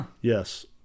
yes